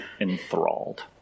enthralled